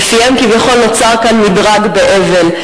ולפיהם כביכול נוצר כאן מדרג באבל.